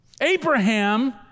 Abraham